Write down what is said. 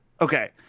okay